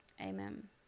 amen